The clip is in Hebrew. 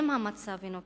אם המצב אינו כזה,